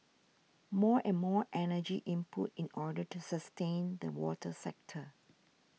more and more energy input in order to sustain the water sector